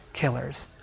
killers